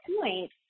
point